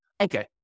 Okay